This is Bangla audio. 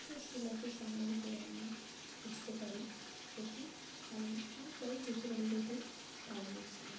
সেই শিলাটি সংগ্রহ করে আমি বুঝতে পারি এটি পাললিক অনেক পরেই বুঝতে পারি যে এটি পাললিক শিলা